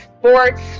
sports